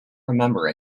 remember